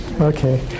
Okay